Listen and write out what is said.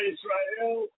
Israel